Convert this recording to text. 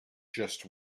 just